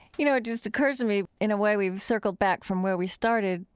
you know, it just occurs to me, in a way we've circled back from where we started,